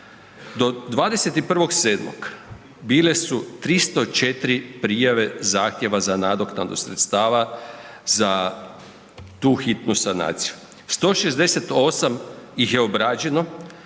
Do 21.7. bile su 304 prijave zahtjeva za nadoknadu sredstava za tu hitnu sanaciju, 168 ih je obrađeno,